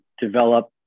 develop